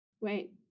wait